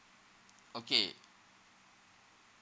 okay